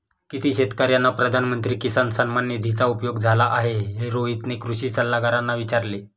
किती शेतकर्यांना प्रधानमंत्री किसान सन्मान निधीचा उपयोग झाला आहे, हे रोहितने कृषी सल्लागारांना विचारले